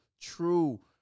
true